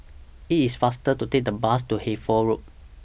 IT IS faster to Take The Bus to Hertford Road